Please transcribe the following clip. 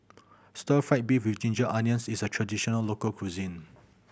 Stir Fry beef with ginger onions is a traditional local cuisine